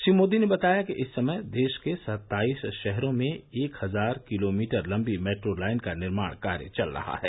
श्री मोदी ने बताया कि इस समय देश के सत्ताईस शहरों में एक हजार किलोमीटर लम्बी मेट्रो लाइन का निर्माण कार्य चल रहा है